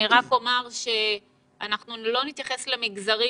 אני רק אומרת שאנחנו לא נתייחס למגזרים